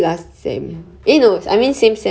ya year one I cleared that stupid ethics